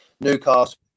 Newcastle